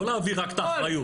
לא להעביר רק את האחריות.